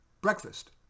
breakfast